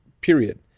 period